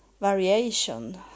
variation